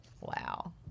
Wow